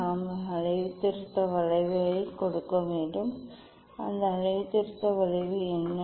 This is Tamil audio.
நாம் அளவுத்திருத்த வளைவைக் கொடுக்க வேண்டும் அந்த அளவுத்திருத்த வளைவு என்ன